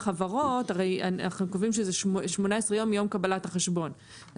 אנחנו יודעים שהחברות אנחנו קובעים שזה 18 יום מיום קבלת החשבון אז